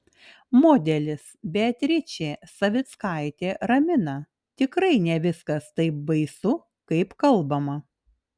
modelis beatričė savickaitė ramina tikrai ne viskas taip baisu kaip kalbama